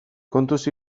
kontuz